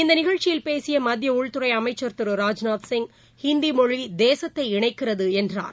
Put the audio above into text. இநத நிகழ்ச்சியில் பேசிய மத்திய உள்துறை அமைச்சள் திரு ராஜ்நாத்சிங் ஹிந்தி மொழி தேசத்தை இணைக்கிறது என்றார்